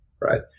right